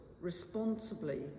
responsibly